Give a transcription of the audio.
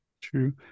True